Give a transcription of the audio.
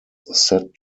set